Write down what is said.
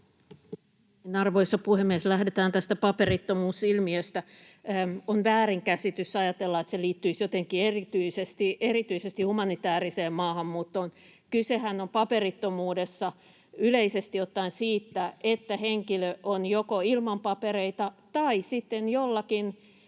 Arvoisa puhemies! Lähdetään tästä paperittomuusilmiöstä. On väärinkäsitys ajatella, että se liittyisi jotenkin erityisesti humanitääriseen maahanmuuttoon. Paperittomuudessa kysehän on yleisesti ottaen siitä, että henkilö on joko ilman papereita tai sitten